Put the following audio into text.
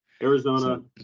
Arizona